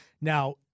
Now